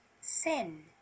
sin